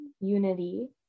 unity